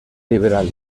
liberal